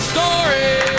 Story